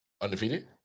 Undefeated